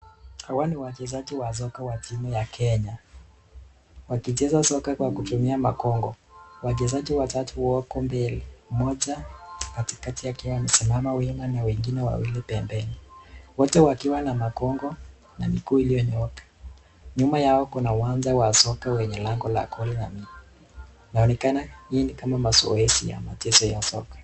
Hawa ni wachezaji wa soka Wa timu ya Kenya, wakicheza soka Kwa kutumia magongo, wachezaji watu wako mbele mmoja katikati akiwa amesimama wima na wengine wawili pembeni, wote wakiwa Na magongo na miguu iliyo nyooka. Nyuma yao kuna uwanja Wa soka wenye lango la kulia, inaonekana hii ni kama mazoezi ya machezo ya soka.